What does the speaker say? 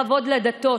בכבוד לדתות,